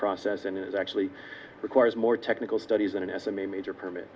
process and is actually requires more technical studies and an estimate major permit